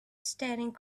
staring